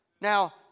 Now